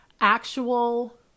actual